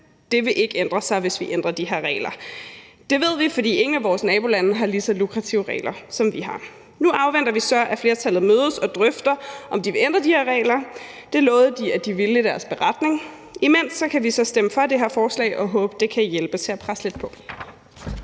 Det vil ikke ændre sig, hvis vi ændrer de her regler. Det ved vi, for ingen af vores nabolande har lige så lukrative regler, som vi har. Nu afventer vi så, at flertallet mødes og drøfter, om de vil ændre de her regler. Det lovede de i beretningen at de ville. Imens kan vi så stemme for det her forslag og håbe, at det kan hjælpe til at presse lidt på.